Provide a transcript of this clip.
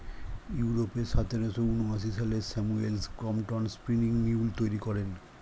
ইউরোপে সতেরোশো ঊনআশি সালে স্যামুয়েল ক্রম্পটন স্পিনিং মিউল তৈরি করেন